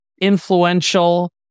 influential